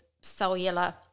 cellular